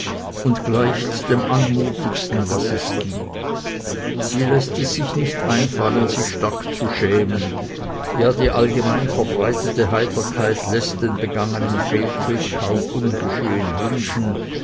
und gleicht dem anmutigsten was es gibt sie läßt es sich nicht einfallen sich stark zu schämen ja die allgemein verbreitete heiterkeit läßt den begangenen fehltritt kaum ungeschehen wünschen